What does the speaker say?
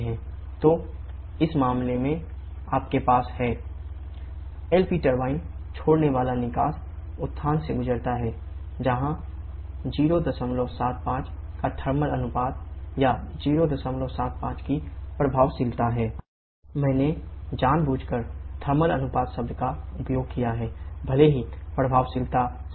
तो इस मामले में आपके पास है 𝑇6 𝑇8 650 0𝐶 LP टरबाइन अनुपात या 075 की प्रभावशीलता है